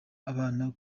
abana